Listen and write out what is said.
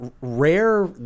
rare